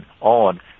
on